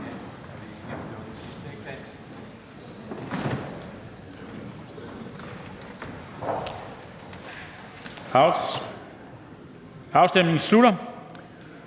Afstemningen slutter.